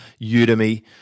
Udemy